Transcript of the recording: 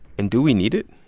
and do we need it?